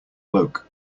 bloke